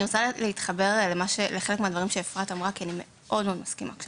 אני רוצה להתחבר לחלק מהדברים שאפרת אמרה כי אני מאוד מסכימה איתה.